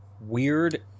weird